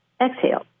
Exhale